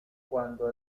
cuando